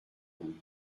goût